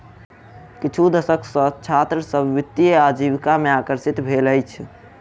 किछु दशक सॅ छात्र सभ वित्तीय आजीविका में आकर्षित भेल अछि